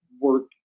work